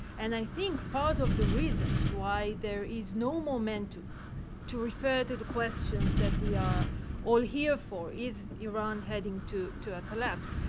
and i think part of the reasons why there is no momentum to refer to the questions that we are all here for is iran heading to to a collapse?